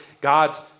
God's